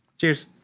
Cheers